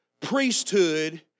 priesthood